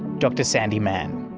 dr sandi mann.